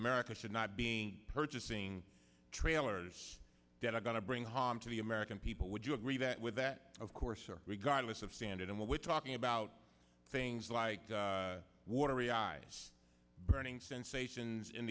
america should not being purchasing trailers that are going to bring harm to the american people would you agree that with that of course regardless of standard and what we're talking about things like watery eyes burning sensations in